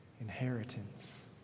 inheritance